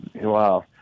wow